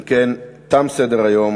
אם כן, תם סדר-היום.